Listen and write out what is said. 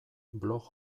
blog